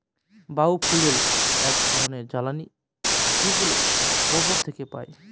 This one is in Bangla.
বায় ফুয়েল এক ধরনের জ্বালানী যেগুলো গোবর থেকে পাই